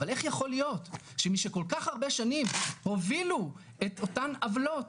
אבל איך יכול להיות שמי שכל כך הרבה שנים הובילו את אותן עוולות,